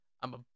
I'ma